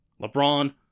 LeBron